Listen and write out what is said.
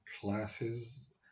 classes